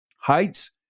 Heights